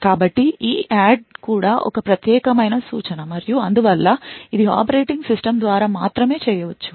కాబట్టి EADD కూడా ఒక ప్రత్యేకమైన సూచన మరియు అందువల్ల ఇది ఆపరేటింగ్ సిస్టమ్ ద్వారా మాత్రమే చేయవచ్చు